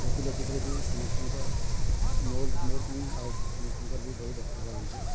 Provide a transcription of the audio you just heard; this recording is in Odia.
ତହସିଲ୍ ଅଫିସ୍ରେ ବି ସମସ୍ତଙ୍କର ମୋର ମୋର ସାଙ୍ଗେ ଆଉ ସମସ୍ତଙ୍କର ବି ବହୁତ ଅସୁବିଧା ହଉଚେ